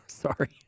Sorry